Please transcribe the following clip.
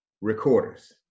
recorders